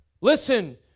listen